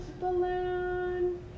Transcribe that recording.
balloon